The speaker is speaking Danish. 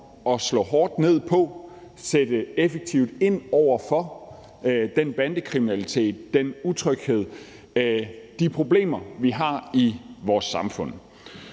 at slå hårdt ned på og sætte effektivt ind over for den bandekriminalitet og utryghed og de problemer, vi har i vores samfund.